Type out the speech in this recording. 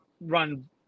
run